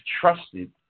trusted